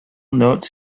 note